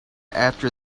after